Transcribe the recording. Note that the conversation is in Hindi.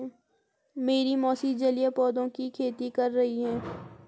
मेरी मौसी जलीय पौधों की खेती कर रही हैं